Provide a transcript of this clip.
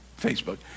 Facebook